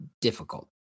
difficult